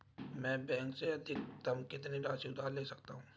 मैं बैंक से अधिकतम कितनी राशि उधार ले सकता हूँ?